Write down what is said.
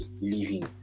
living